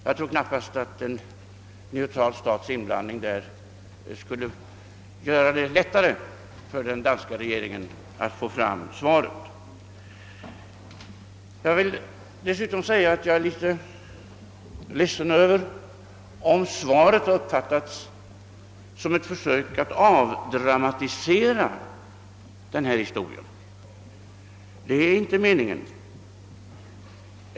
Jag tror inte att en neutral stats inblandning skulle göra det lättare för den danska regeringen att få ett svar. Jag vill dessutom säga att jag är litet ledsen över om mitt svar uppfattats som ett försök att avdramatisera denna historia. Det var inte meningen.